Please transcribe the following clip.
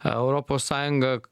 europos sąjunga